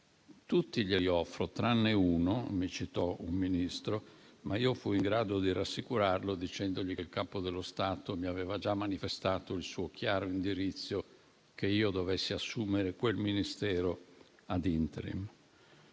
tutti, tranne uno, e mi citò un Ministro. Ma io fui in grado di rassicurarlo dicendogli che il Capo dello Stato mi aveva già manifestato il suo chiaro indirizzo che io dovessi assumere quel Ministero *ad interim*.